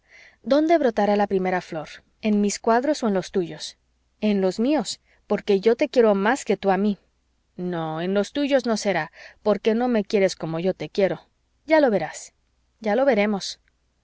dónde brotará la primera flor en mis cuadros o en los tuyos en los míos porque yo te quiero más que tú a mí no en los tuyos no será porque no me quieres como yo te quiero ya lo verás ya lo veremos